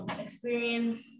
experience